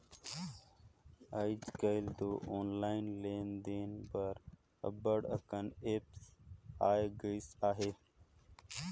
आएज काएल दो ऑनलाईन लेन देन बर अब्बड़ अकन ऐप आए गइस अहे